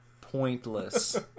pointless